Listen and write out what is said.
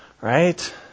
Right